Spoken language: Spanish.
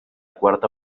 cuarta